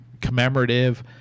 commemorative